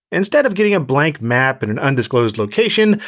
instead of getting a blank map in an undisclosed location,